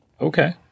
Okay